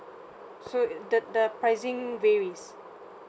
so the the pricing varies